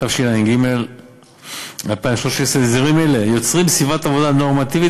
התשע"ג 2013. הסדרים אלה יוצרים סביבת עבודה נורמטיבית